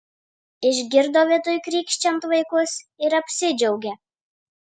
išgirdo viduj krykščiant vaikus ir apsidžiaugė